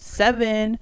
seven